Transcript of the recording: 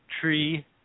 Tree